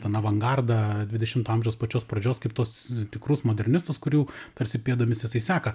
ten avangardą dvidešimto amžiaus pačios pradžios kaip tuos tikrus modernistus kurių tarsi pėdomis jisai seka